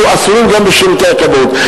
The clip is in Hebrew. יהיו אסורות גם בשירותי הכבאות.